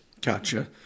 Gotcha